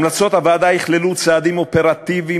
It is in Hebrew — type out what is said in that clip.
המלצות הוועדה יכללו צעדים אופרטיביים